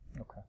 Okay